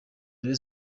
rayon